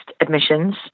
admissions